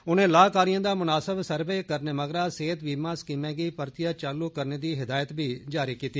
उनें लाऽकारियें दा मुनासब सर्वे करने मगरा सेहत बीमा स्कीम गी परतियै चालू करने दी हिदायत बी कीती